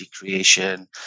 creation